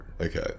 okay